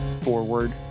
Forward